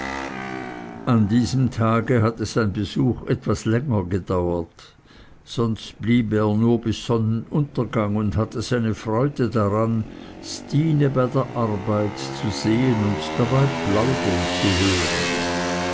an diesem tage hatte sein besuch etwas länger gedauert sonst blieb er nur bis sonnenuntergang und hatte seine freude daran stine bei der arbeit zu sehen und dabei plaudern zu hören